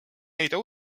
leida